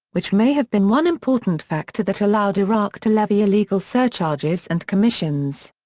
which may have been one important factor that allowed iraq to levy illegal surcharges and commissions.